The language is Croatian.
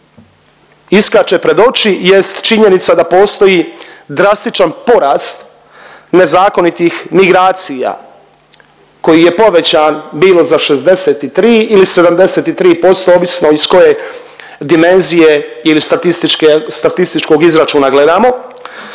iskače pred oči jest činjenica da postoji drastičan porast nezakonitih migracija koji je povećan bilo za 63 ili 73% ovisno iz koje dimenzije ili statističke, statističkog izračuna gledamo,